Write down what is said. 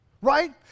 Right